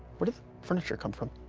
where did the furniture come from?